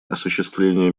осуществление